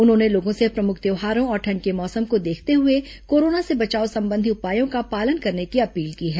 उन्होंने लोगों से प्रमुख त्यौहारों और ठंड के मौसम को देखते हुए कोरोना से बचाव संबंधी उपायों का पालन करने की अपील की है